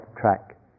track